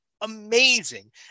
amazing